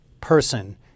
person